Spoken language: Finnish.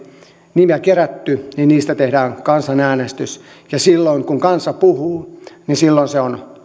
nimiä kerätty tehdään kansanäänestys ja silloin kun kansa puhuu niin se on